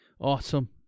Awesome